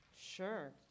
sure